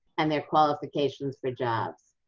and their qualifications for jobs.